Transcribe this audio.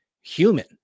human